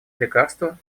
лекарства